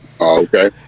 okay